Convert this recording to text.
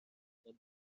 سال